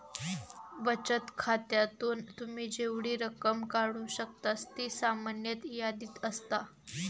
बचत खात्यातून तुम्ही जेवढी रक्कम काढू शकतास ती सामान्यतः यादीत असता